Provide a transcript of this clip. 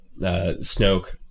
Snoke